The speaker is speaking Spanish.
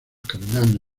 caminando